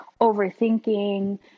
overthinking